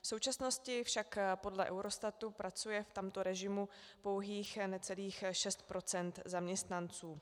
V současnosti však podle Eurostatu pracuje v tomto režimu pouhých necelých šest procent zaměstnanců.